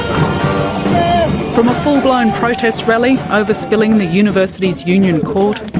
um ah full-blown protest rally over-spilling the university's union court